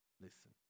Listen